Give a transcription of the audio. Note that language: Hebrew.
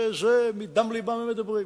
הם מדברים מדם לבם.